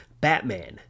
Batman